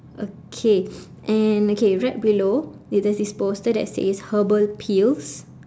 okay and okay right below there is this poster that says herbal pills